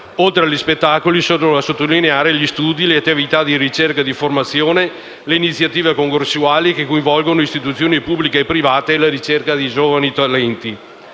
Oltre agli spettacoli sono da sottolineare gli studi e le attività di ricerca e formazione, le iniziative congressuali che coinvolgono istituzioni pubbliche e private e la ricerca di giovani talenti.